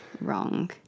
wrong